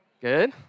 Good